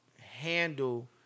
handle